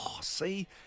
See